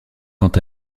quant